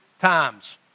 times